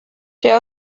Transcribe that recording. der